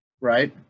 right